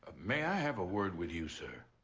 may i have a word with you, sir?